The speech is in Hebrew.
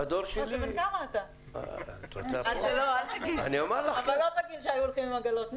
אתה לא בגיל שהיו הולכים עם עגלות נפט.